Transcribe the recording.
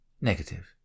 negative